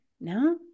No